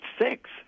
six